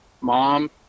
Mom